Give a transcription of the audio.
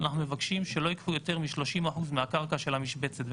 אנחנו מבקשים שלא ייקחו יותר מ-30% מהקרקע של המשבצת של אותו מושב,